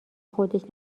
خودش